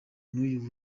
n’uyu